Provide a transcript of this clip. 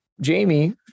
Jamie